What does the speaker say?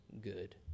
good